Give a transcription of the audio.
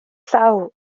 llaw